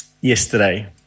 yesterday